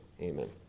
Amen